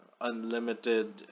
unlimited